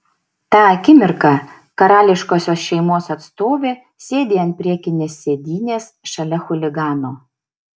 tą akimirką karališkosios šeimos atstovė sėdi ant priekinės sėdynės šalia chuligano